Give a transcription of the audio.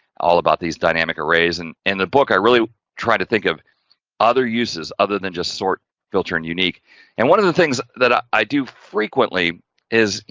all about these dynamic arrays and in the book, i really try to think of other uses, other than just sort, filter and unique unique and one of the things that ah i do frequently is, you